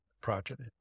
project